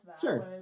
sure